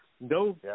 No